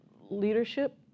leadership